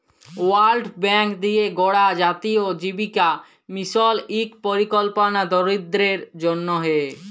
world bank দিঁয়ে গড়া জাতীয় জীবিকা মিশল ইক পরিকল্পলা দরিদ্দরদের জ্যনহে